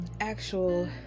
actual